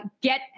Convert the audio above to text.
get